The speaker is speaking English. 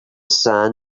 sand